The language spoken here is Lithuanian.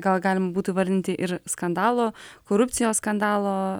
gal galima būtų vardinti ir skandalo korupcijos skandalo